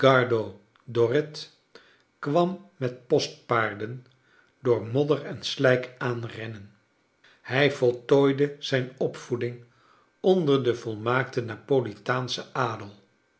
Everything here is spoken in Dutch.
kwam met postpaarden door modder en slijk aanrennen hij voltooide zijn opvoeding onder den volmaakten napolitaanschen adel